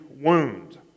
wound